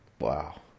Wow